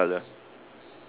pink in colour